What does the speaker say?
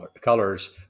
colors